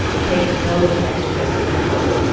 okay? no extra sprinkles.